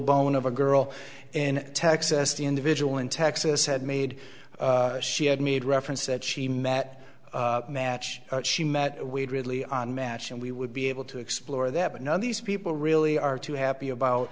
bone of a girl in texas the individual in texas had made she had made reference that she met match she met with ridley on match and we would be able to explore that but now these people really are too happy about